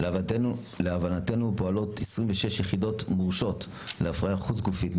להבנתנו פועלות 26 יחידות מורשות להפריה חוץ גופית,